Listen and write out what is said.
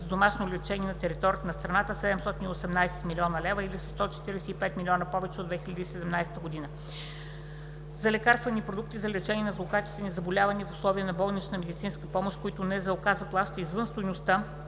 за домашно лечение на територията на страната 718,0 млн. лв. или с 145,0 млн. лв. повече от 2017 г.; 5.2. за лекарствени продукти за лечение на злокачествени заболявания в условията на болнична медицинска помощ, които НЗОК заплаща извън стойността